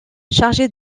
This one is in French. chargée